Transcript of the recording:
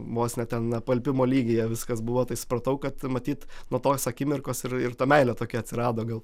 vos ne ten apalpimo lygyje viskas buvo tai supratau kad matyt nuo tos akimirkos ir ir ta meilė tokia atsirado gal